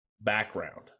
background